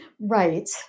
right